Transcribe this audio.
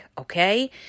okay